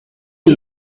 you